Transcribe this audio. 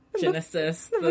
Genesis